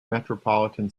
metropolitan